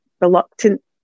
reluctant